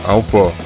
Alpha